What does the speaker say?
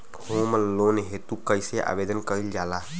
Home loan हेतु कइसे आवेदन कइल जाला?